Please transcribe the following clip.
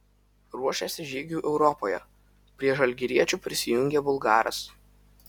ruošiasi žygiui europoje prie žalgiriečių prisijungė bulgaras